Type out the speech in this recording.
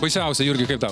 baisiausia jurgi kaip tau